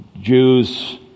Jews